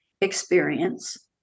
Experience